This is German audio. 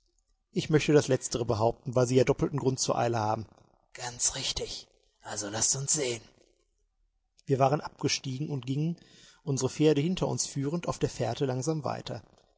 ich möchte das letztere behaupten weil sie ja doppelten grund zur eile haben ganz richtig also laßt uns sehen wir waren abgestiegen und gingen unsere pferde hinter uns führend auf der fährte langsam weiter